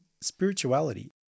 spirituality